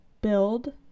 build